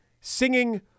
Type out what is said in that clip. singing